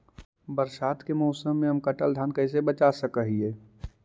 बरसात के मौसम में हम कटल धान कैसे बचा सक हिय?